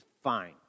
fine